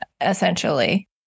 essentially